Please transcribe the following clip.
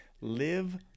Live